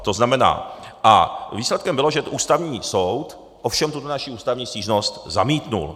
To znamená, a výsledkem bylo, že Ústavní soud ovšem tuhle naši ústavní stížnost zamítl.